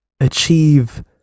achieve